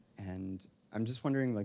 and i'm just wondering, like